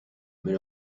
mais